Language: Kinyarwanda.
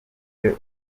ahuje